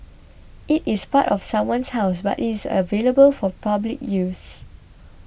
it is part of someone's house but it is available for public use